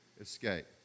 escape